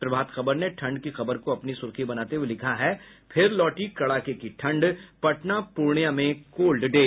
प्रभात खबर ने ठंड की खबर को अपनी सुर्खी बनाते हुये लिखा है फिर लौटी कड़ाके की ठंड पटना पूर्णियां में कोल्ड डे